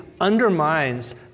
undermines